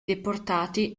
deportati